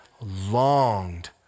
longed